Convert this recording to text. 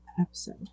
episode